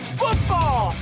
football